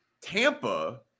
Tampa